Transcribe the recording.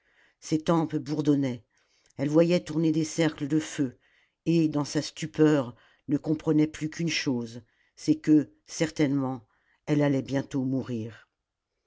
ses tempes bourdonnaient elle voyait tourner des cercles de feu et dans sa stupeur ne comprenait plus qu'une chose c'est que certainement elle allait bientôt mourir